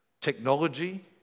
technology